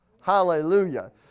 Hallelujah